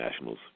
Nationals